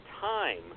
time